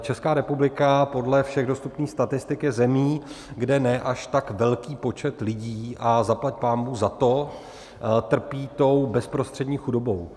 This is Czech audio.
Česká republika podle všech dostupných statistik je zemí, kde ne až tak velký počet lidí a zaplať pánbůh za to trpí tou bezprostřední chudobou.